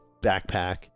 backpack